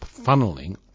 funneling